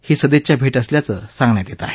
ही सदिच्छा भेट असल्याचं सांगण्यात येत आहे